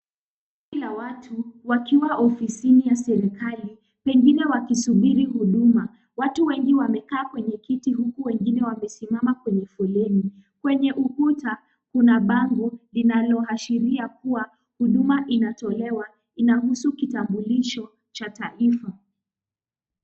Kundi la watu wakiwa ofisini ya serikali pengine wakisubiri huduma ,watu wengi wamekaa kwenye kiti huku wengine wamesimama kwenye foleni, kwenye ukuta kuna lenye bango inayoashiria kuwa huduma inatolewa inahusu kitambulisho cha taifa.